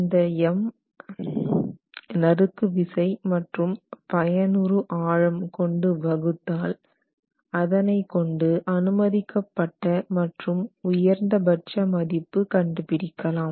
இந்த M நறுக்கு விசை மற்றும் பயனுறு ஆழம் கொண்டு வகுத்தால் அதனை கொண்டு அனுமதிக்கப்பட்ட மற்றும் உயர்ந்தபட்ச மதிப்பு கண்டுபிடிக்கலாம்